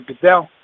Goodell